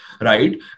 right